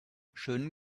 schönen